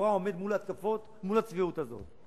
לכאורה עומד מול התקפות, מול הצביעות הזאת.